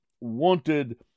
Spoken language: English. wanted